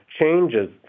changes